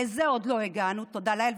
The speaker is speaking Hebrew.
לזה עוד לא הגענו, תודה לאל.